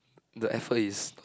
the effort is